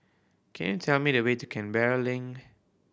can you tell me the way to Canberra Link